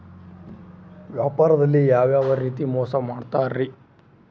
ವ್ಯಾಪಾರದಲ್ಲಿ ಯಾವ್ಯಾವ ರೇತಿ ಮೋಸ ಮಾಡ್ತಾರ್ರಿ?